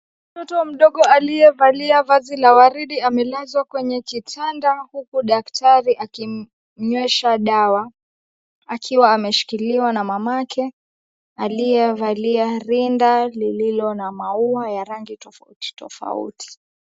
Mtoto mdogo aliyevalia vazi la waridi amelazwa kwenye kitanda huku daktari akimnywesha dawa akiwa ameshikiliwa na mamake aliyevalia rinda lililo na maua ya rangi tofauti tofauti.